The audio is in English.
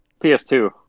PS2